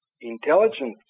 Intelligence